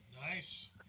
Nice